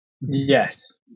Yes